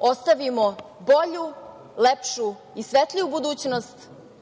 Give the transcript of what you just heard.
ostavimo bolju, lepšu i svetliju budućnost,